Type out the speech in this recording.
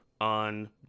on